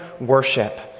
worship